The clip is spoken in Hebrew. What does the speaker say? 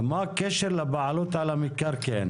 מה הקשר לבעלות על המקרקעין?